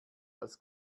als